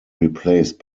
replaced